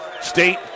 State